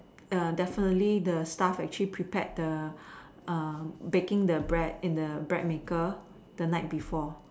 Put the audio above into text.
err definitely the staff actually prepared the um baking the bread in the bread maker the night before